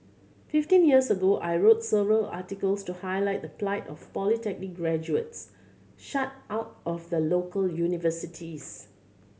fifteen years ago I wrote several articles to highlight the plight of polytechnic graduates shut out of the local universities